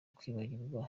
kwibagirwa